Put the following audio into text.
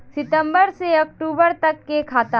सितम्बर से अक्टूबर तक के खाता?